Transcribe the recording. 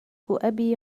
أبي